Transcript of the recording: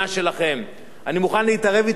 אני מוכן להתערב אתך, חבר הכנסת בן-סימון,